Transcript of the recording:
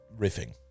riffing